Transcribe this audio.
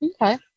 Okay